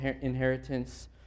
inheritance